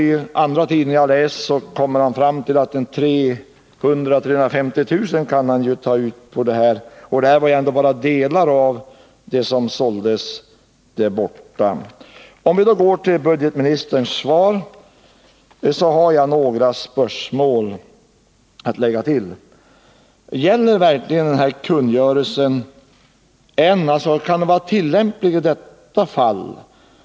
I andra tidningar har jag läst att denna person räknat med att få ut 300 000-350 000 kr. på dessa saker. Det som här nämnts är ändå bara en del av vad som sålts. Jag har ytterligare några spörsmål att ställa till budgetministern: Gäller verkligen samma kungörelse här? Kan den vara tillämplig i detta fall?